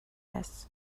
less